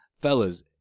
Fellas